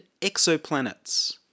exoplanets